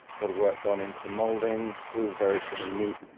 but of work gone into the mouldings, all very sort of neat,